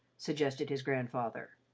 suggested his grandfather.